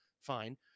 Fine